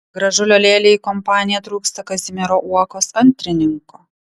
gražulio lėlei į kompaniją trūksta kazimiero uokos antrininko